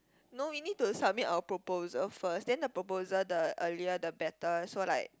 no we need to submit a proposal of first then the proposal the earlier the better so like